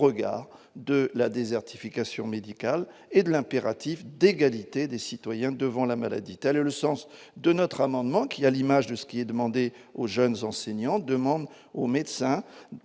de la désertification médicale et de l'impératif d'égalité des citoyens devant la maladie, tels le sens de notre amendement qui, à l'image de ce qui est demandé aux jeunes enseignants demandent aux médecins